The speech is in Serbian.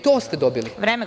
To ste dobili.